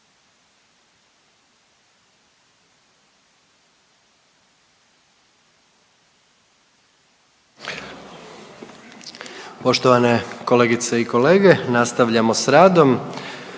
Poštovane kolegice i kolege danas kako smo